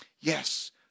Yes